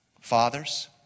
Fathers